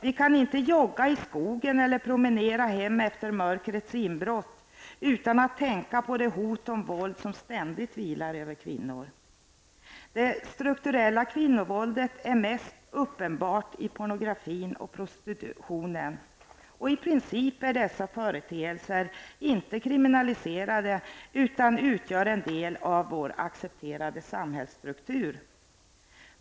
Vi kan inte jogga i skogen eller promenera hem efter mörkrets inbrott utan att tänka på det hot om våld som ständigt vilar över kvinnor. Det strukturella kvinnovåldet är mest uppenbart i pornografin och prostitutionen, och i princip är dessa företeelser inte kriminaliserade, utan de utgör en del av vår accepterade samhällsstruktur.